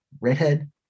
redhead